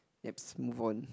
let's move on